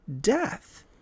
death